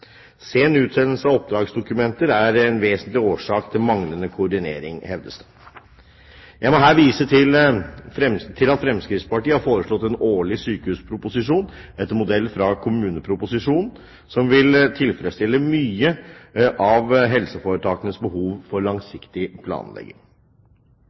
Sen utsendelse av oppdragsdokumenter er en vesentlig årsak til manglende koordinering, hevdes det. Jeg må her vise til at Fremskrittspartiet har foreslått en årlig sykehusproposisjon etter modell av kommuneproposisjonen, som vil tilfredsstille mye av helseforetakenes behov for